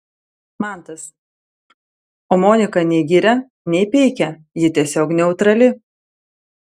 mantas o monika nei giria nei peikia ji tiesiog neutrali